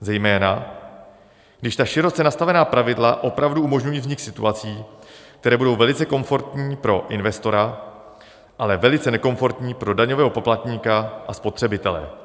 Zejména když ta široce nastavená pravidla opravdu umožňují vznik situací, které budou velice komfortní pro investora, ale velice nekomfortní pro daňového poplatníka a spotřebitele.